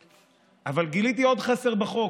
אבל גיליתי עוד חסר בחוק.